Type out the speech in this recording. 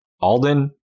Alden